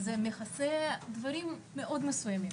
מכסה דברים מסוימים מאוד.